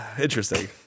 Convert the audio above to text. Interesting